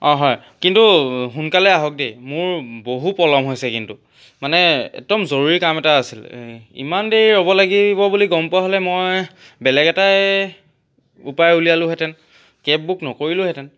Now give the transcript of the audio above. অঁ হয় কিন্তু সোনকালে আহক দেই মোৰ বহু পলম হৈছে কিন্তু মানে একদম জৰুৰী কাম এটা আছিলে ইমান দেৰি ৰ'ব লাগিব বুলি গম পোৱা হ'লে মই বেলেগ এটাই উপায় উলিয়ালোহেঁতেন কেব বুক নকৰিলোহেঁতেন